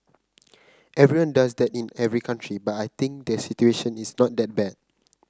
everyone does that in every country but I think the situation is not that bad